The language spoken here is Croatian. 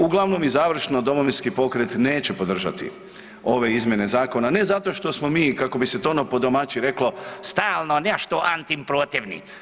Uglavnom i završno, Domovinski pokret neće podržati ove izmjene zakona, ne zato što smo mi, kako bi se to ono po domaći reklo, stalno nešto antiprotivni.